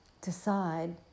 decide